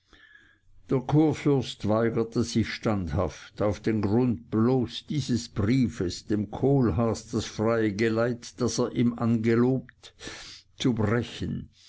der kurfürst weigerte sich standhaft auf den grund bloß dieses briefes dem kohlhaas das freie geleit das er ihm angelobt zu brechen